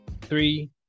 three